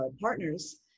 partners